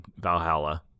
Valhalla